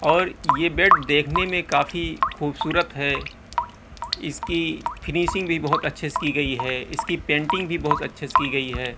اور یہ بیڈ دیکھنے میں کافی خوبصورت ہے اس کی فنیسنگ بھی بہت اچھے سے کی گئی ہے اس کی پینٹنگ بھی بہت اچھے سے کی گئی ہے